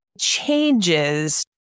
changes